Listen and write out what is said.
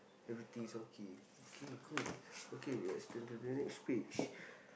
everything is okay okay good okay let's turn to the next page